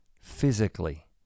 physically